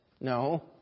No